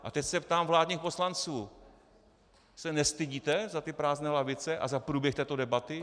A teď se ptám vládních poslanců: To se nestydíte za ty prázdné lavice a za průběh této debaty?